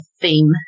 theme